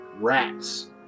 rats